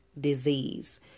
disease